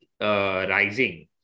rising